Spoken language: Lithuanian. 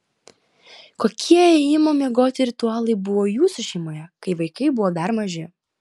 kokie ėjimo miegoti ritualai buvo jūsų šeimoje kai vaikai buvo dar maži